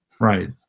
Right